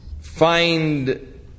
find